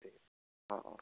অঁ অঁ